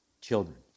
children